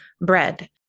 bread